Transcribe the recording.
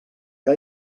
que